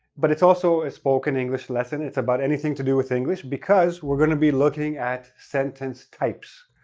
but it's also a spoken english lesson. it's about anything to do with english, because we're going to be looking at sentence types.